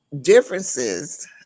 differences